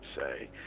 say